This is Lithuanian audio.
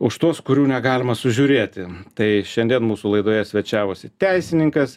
už tuos kurių negalima sužiūrėti tai šiandien mūsų laidoje svečiavosi teisininkas